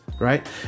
right